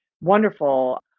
wonderful